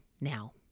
now